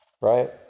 Right